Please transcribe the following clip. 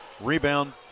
Rebound